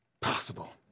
possible